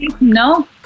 no